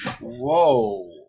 Whoa